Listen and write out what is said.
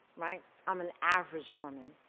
right? i'm an average woman.